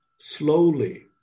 slowly